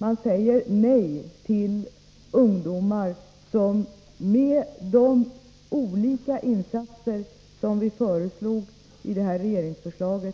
Man säger nej till de olika insatser för ungdomar som vi föreslog i detta regeringsförslag